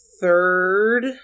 third